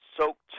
soaked